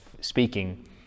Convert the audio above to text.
speaking